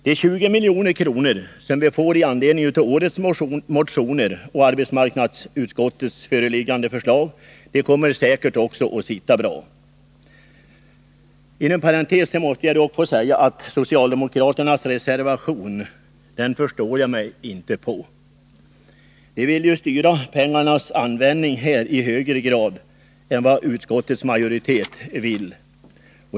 De 20 milj.kr. som vi får i anledning av årets motioner och arbetsmarknadsutskottets föreliggande förslag kommer säkert också att sitta bra. Inom parentes måste jag dock säga att socialdemokraternas reservation förstår jag mig inte på. Socialdemokraterna vill ju styra pengarnas användning i högre grad än vad utskottets majoritet vill.